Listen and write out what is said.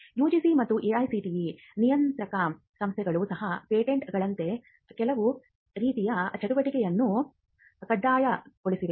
UGC ಮತ್ತು AICTE ನಿಯಂತ್ರಕ ಸಂಸ್ಥೆಗಳು ಸಹ ಪೇಟೆಂಟ್ಗಳಂತೆ ಕೆಲವು ರೀತಿಯ ಚಟುವಟಿಕೆಯನ್ನು ಕಡ್ಡಾಯಗೊಳಿಸಿವೆ